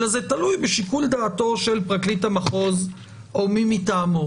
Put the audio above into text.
אלא שזה תלוי בשיקול דעתו של פרקליט המחוז או מי מטעמו?